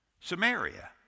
Samaria